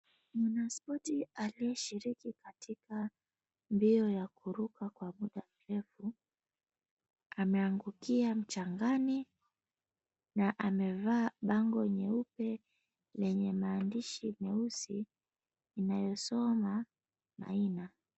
Mwanaspoti anayeshiriki katika mbio za kuruka kwa muda mrefu ameangukia mchangani na amevaa bangle nyeupe lenye maandishi meusi inayosoma, Maina.